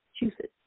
Massachusetts